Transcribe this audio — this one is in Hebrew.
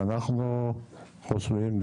ואנחנו חושבים,